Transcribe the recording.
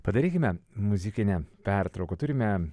padarykime muzikinę pertrauką turime